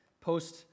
post